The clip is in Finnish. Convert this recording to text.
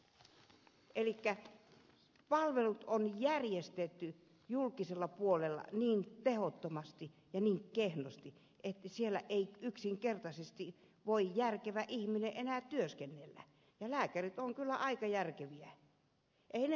elikkä palvelut on järjestetty julkisella puolella niin tehottomasti ja niin kehnosti että siellä ei yksinkertaisesti voi järkevä ihminen enää työskennellä ja lääkärit ovat kyllä aika järkeviä